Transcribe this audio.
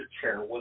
chair